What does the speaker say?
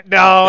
no